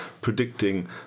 predicting